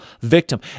victim